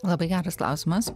labai geras klausimas